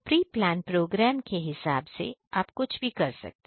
pre plan program के हिसाब से आप कुछ भी कर सकते हैं